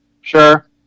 Sure